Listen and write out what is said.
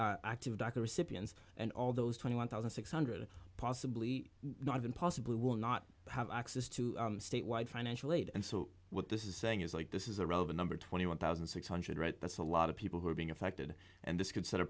hundred active ducker recipients and all those twenty one thousand six hundred possibly not even possibly will not have access to state wide financial aid and so what this is saying is like this is a relevant number twenty one thousand six hundred right that's a lot of people who are being affected and this could set a